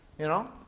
you know,